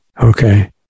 Okay